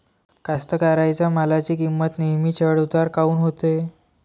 कास्तकाराइच्या मालाची किंमत नेहमी चढ उतार काऊन होते?